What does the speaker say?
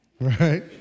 Right